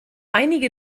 einige